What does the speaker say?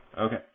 Okay